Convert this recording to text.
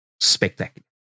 spectacular